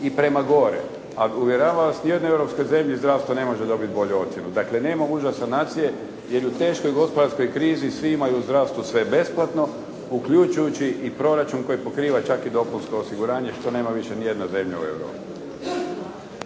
i prema gore, a uvjeravam nijedne europske zemlje zdravstvo ne može dobiti bolju ocjenu. Dakle, nema užasa nacije jer i u teškoj gospodarskoj krizi svi imaju zdravstvo sve besplatno uključujući i proračun koji pokriva čak i dopunsko osiguranje što nema više nijedna zemlja u Europi.